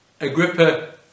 Agrippa